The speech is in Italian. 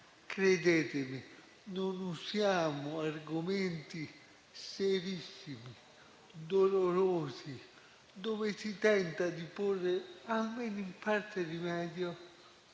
Credetemi, non usiamo argomenti serissimi e dolorosi, dove si tenta di porre almeno in parte rimedio,